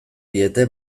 diete